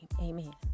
amen